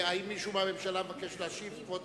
האם מישהו מהממשלה מבקש להשיב?